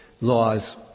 laws